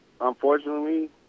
unfortunately